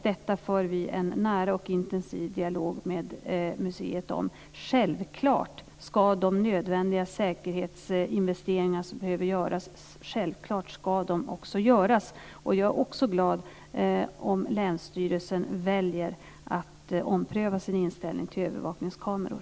Detta för vi en nära och intensiv dialog med museet om. Självklart ska de nödvändiga säkerhetsinvesteringar som behöver göras också göras. Jag är också glad om länsstyrelsen väljer att ompröva sin inställning till övervakningskameror.